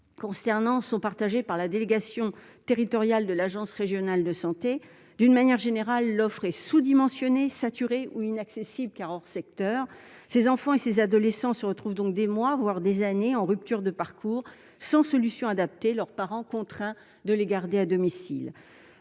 concernant sont partagés par la délégation territoriale de l'Agence Régionale de Santé d'une manière générale, l'offre est sous-dimensionné saturé ou inaccessible car hors secteur ces enfants et ces adolescents se retrouvent donc des mois voire des années, en ruptures de parcours sans solution adapter leurs parents contraints de les garder à domicile